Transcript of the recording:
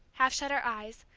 half shut her eyes,